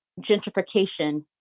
gentrification